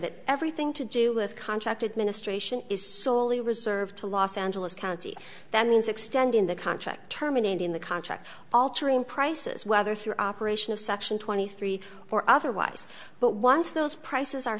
that everything to do with contracted ministration is solely reserved to los angeles county that means extending the contract terminating the contract altering prices whether through operation of section twenty three or otherwise but once those prices are